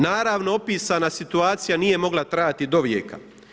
Naravno, opisana situacija nije mogla trajati do vijeka.